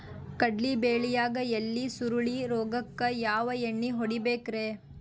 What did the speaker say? ಕಡ್ಲಿ ಬೆಳಿಯಾಗ ಎಲಿ ಸುರುಳಿ ರೋಗಕ್ಕ ಯಾವ ಎಣ್ಣಿ ಹೊಡಿಬೇಕ್ರೇ?